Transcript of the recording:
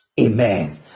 Amen